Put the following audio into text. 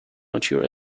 mature